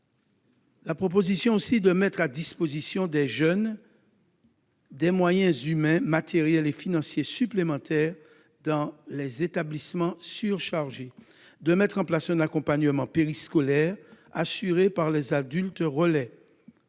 euros, afin de mettre à disposition des jeunes des moyens humains, matériels et financiers supplémentaires dans les établissements scolaires surchargés et de mettre en place un accompagnement périscolaire assuré par les adultes relais.